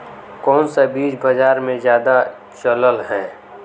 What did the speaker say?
कोन सा बीज बाजार में ज्यादा चलल है?